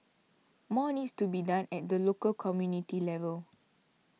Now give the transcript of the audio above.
more needs to be done at the local community level